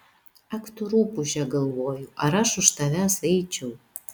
ak tu rupūže galvoju ar aš už tavęs eičiau